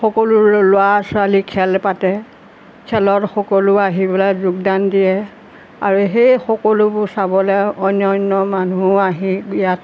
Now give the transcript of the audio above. সকলো ল'ৰা ছোৱালী খেল পাতে খেলত সকলো আহি পেলাই যোগদান দিয়ে আৰু সেই সকলোবোৰ চাবলৈ অন্য অন্য মানুহো আহি ইয়াত